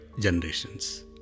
generations